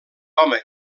home